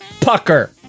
pucker